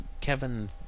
Kevin